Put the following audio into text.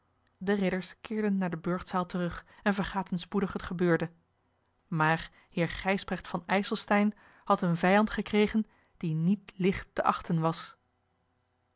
de ridders keerden naar de burchtzaal terug en vergaten spoedig het gebeurde maar heer gijsbrecht van ijselstein had een vijand gekregen die niet licht te achten was